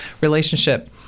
relationship